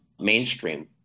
mainstream